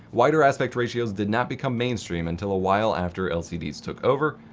wider aspect ratios didn't become mainstream until a while after lcds took over.